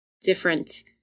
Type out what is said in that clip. different